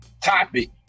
topic